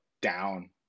down